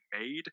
made